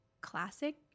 Classic